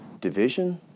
Division